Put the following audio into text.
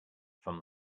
from